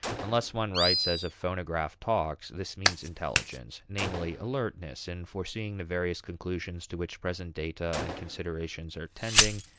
unless one writes as a phonograph talks, this means intelligence namely, alertness in foreseeing the various conclusions to which present data and considerations are tending,